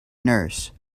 nurse